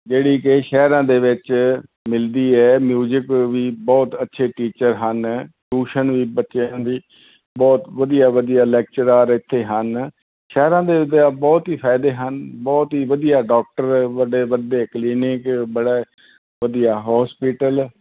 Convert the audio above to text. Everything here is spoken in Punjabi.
ਜਿਹੜੀ ਕਿ ਸ਼ਹਿਰਾਂ ਦੇ ਵਿੱਚ ਮਿਲਦੀ ਹੈ ਮਿਊਜਿਕ ਵੀ ਬਹੁਤ ਅੱਛੇ ਟੀਚਰ ਹਨ ਟੂਸ਼ਨ ਵੀ ਬੱਚਿਆਂ ਦੀ ਬਹੁਤ ਵਧੀਆ ਵਧੀਆ ਲੈਕਚਰਾਰ ਇੱਥੇ ਹਨ ਸ਼ਹਿਰਾਂ ਦੇ ਬਹੁਤ ਹੀ ਫਾਇਦੇ ਹਨ ਬਹੁਤ ਹੀ ਵਧੀਆ ਡਾਕਟਰ ਵੱਡੇ ਵੱਡੇ ਕਲੀਨਿਕ ਬੜਾ ਵਧੀਆ ਹੋਸਪਿਟਲ